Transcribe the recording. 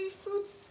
fruits